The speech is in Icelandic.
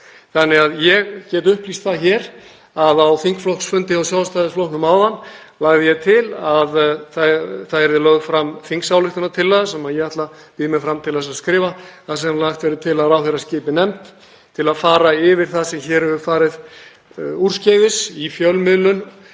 rétt. Ég get upplýst það hér að á þingflokksfundi hjá Sjálfstæðisflokknum áðan lagði ég til að það yrði lögð fram þingsályktunartillaga, sem ég býð mig fram til að skrifa, þar sem lagt verði til að ráðherra skipi nefnd til að fara yfir það sem hér hefur farið úrskeiðis í fjölmiðlun